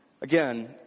Again